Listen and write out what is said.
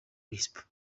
lisp